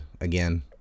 again